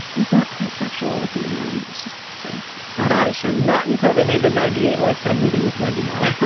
it was not quite sexual with me in them. i was just sort of an irish and not until they made the ninety s a lifetime movie with wendy malick.